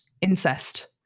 incest